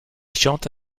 chante